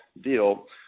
deal